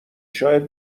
شاید